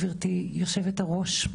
גברתי יושבת-הראש,